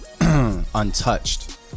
untouched